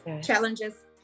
challenges